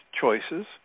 choices